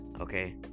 okay